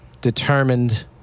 determined